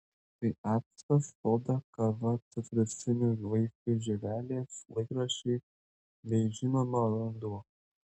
tai actas soda kava citrusinių vaisių žievelės laikraščiai bei žinoma vanduo